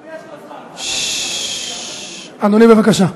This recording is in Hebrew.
הוא, יש לו זמן, הוא צריך, אדוני, בבקשה.